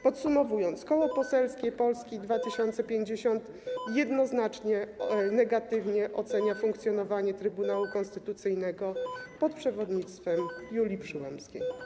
Podsumowując, Koło Parlamentarne Polski 2050 jednoznacznie negatywnie ocenia funkcjonowanie Trybunału Konstytucyjnego pod przewodnictwem Julii Przyłębskiej.